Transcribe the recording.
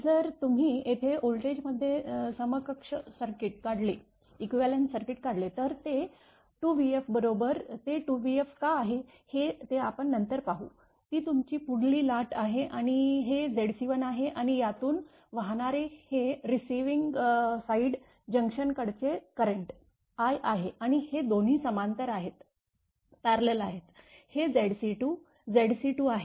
जर तुम्ही येथे व्होल्टेजमध्ये समकक्ष सर्किट काढले तर ते 2vfबरोबर ते 2vf का आहे ते आपण नंतर पाहू ती तुमची पुढची लाट आहे आणि हे Zc1 आहे आणि यातून वाहणारे हे रीसीविंग साइड जंक्शन कडचे करेंट i आहे आणि हे दोन्ही समांतर आहेत हे Zc2 Zc2आहे